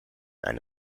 and